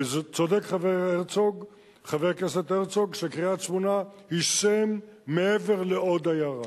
וצודק חבר הכנסת הרצוג שקריית-שמונה היא שם מעבר לעוד עיירה,